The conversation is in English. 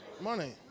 money